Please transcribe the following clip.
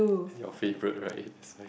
this is your favourite right so I